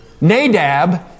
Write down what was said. Nadab